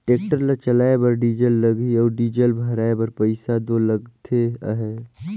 tractor ल चलाए बर डीजल लगही अउ डीजल भराए बर पइसा दो लगते अहे